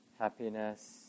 happiness